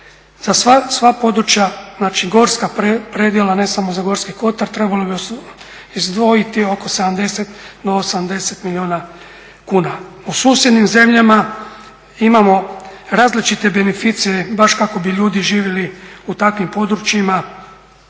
Za sva područja, znači gorska predjela, ne samo za Gorski Kotar trebalo bi izdvojiti oko 70 do 80 milijuna kuna. U susjednim zemljama imamo različite beneficije baš kako bi ljudi živjeli u takvim područjima,